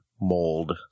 mold